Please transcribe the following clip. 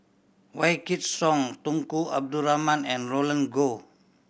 Wykidd Song Tunku Abdul Rahman and Roland Goh